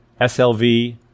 SLV